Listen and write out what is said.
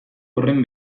horren